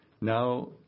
Now